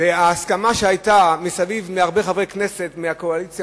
וההסכמה שהיו מסביב מהרבה חברי כנסת מהקואליציה